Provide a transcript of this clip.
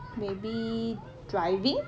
maybe driving